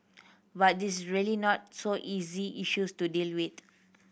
but this is really not so easy issues to deal with